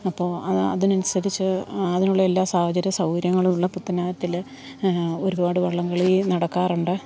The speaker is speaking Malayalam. അപ്പോള് അതിനനുസരിച്ച് അതിനുള്ള എല്ലാ സാഹചര്യം സൗകര്യങ്ങളുമുള്ള പുത്തനാറ്റില് ഒരുപാട് വള്ളംകളി നടക്കാറുണ്ട്